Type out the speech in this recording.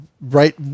right